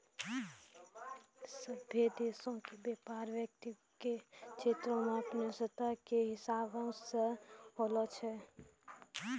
सभ्भे देशो के व्यपार वित्त के क्षेत्रो अपनो स्तर के हिसाबो से होलो करै छै